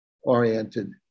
oriented